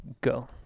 go